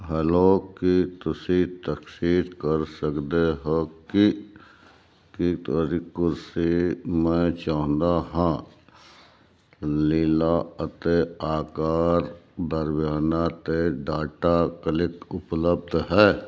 hello ਕੀ ਤੁਸੀਂ ਤਸਦੀਕ ਕਰ ਸਕਦੇ ਹੋ ਕਿ ਕੀ ਕੁਰਸੀ ਮੈਂ ਚਾਹੁੰਦਾ ਹਾਂ ਨੀਲਾ ਅਤੇ ਅਕਾਰ ਦਰਮਿਆਨਾ 'ਤੇ ਡਾਟਾ ਕਲਿਕ ਉਪਲੱਬਧ ਹੈ